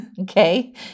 Okay